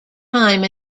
time